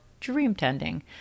Dreamtending